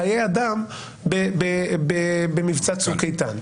בחיי אדם במבצע צוק איתן.